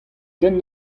den